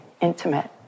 intimate